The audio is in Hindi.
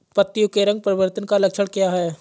पत्तियों के रंग परिवर्तन का लक्षण क्या है?